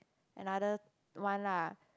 another one lah